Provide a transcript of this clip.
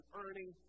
earning